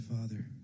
Father